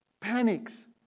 panics